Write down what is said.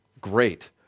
Great